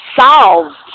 solved